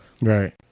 Right